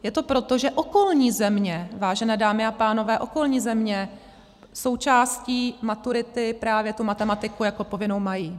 Je to proto, že okolní země, vážené dámy a pánové, okolní země součástí maturity právě tu matematiku jako povinnou mají.